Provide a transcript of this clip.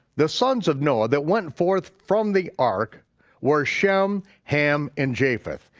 the sons of noah that went forth from the ark were shem, ham, and japheth.